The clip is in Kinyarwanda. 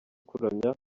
kuramya